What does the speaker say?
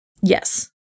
Yes